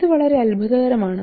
ഇത് വളരെ അത്ഭുതകരമാണ്